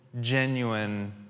genuine